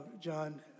John